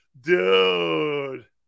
dude